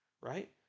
right